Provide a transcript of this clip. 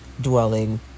dwelling